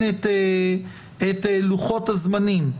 מבין עד הסוף את לוחות הזמנים.